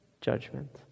Judgment